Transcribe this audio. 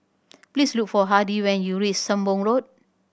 please look for Hardie when you reachs Sembong Road